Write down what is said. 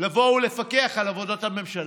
לבוא ולפקח על עבודת הממשלה.